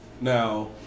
Now